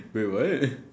wait what